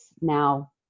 now